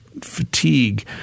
fatigue